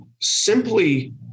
simply